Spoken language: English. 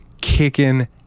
kicking